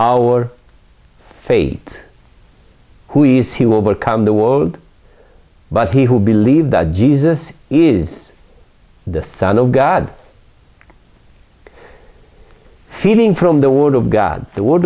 our fate who is who will become the world but he who believe that jesus is the son of god feeding from the word of god the word